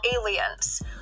aliens